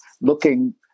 looking